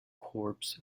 corps